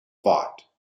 fought